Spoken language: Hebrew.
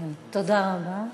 תודה רבה.